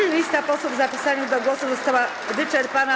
Lista posłów zapisanych do głosu została wyczerpana.